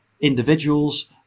individuals